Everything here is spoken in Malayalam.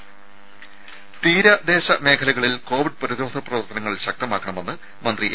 രേര തീരദേശ മേഖലകളിൽ കോവിഡ് പ്രതിരോധ പ്രവർത്തനങ്ങൾ ശക്തമാക്കണമെന്ന് മന്ത്രി എ